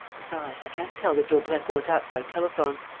besides, i can't tell that daubrecq won't act by telephone.